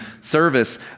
service